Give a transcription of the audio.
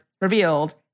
revealed